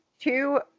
two